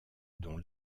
dont